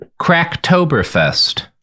Cracktoberfest